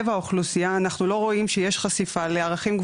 אפשר לנתח את זה לפי התאריכים והרוח וכו'.